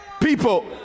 people